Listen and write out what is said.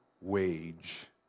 wage